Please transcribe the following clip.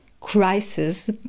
crisis